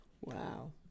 Wow